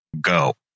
go